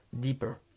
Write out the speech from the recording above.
deeper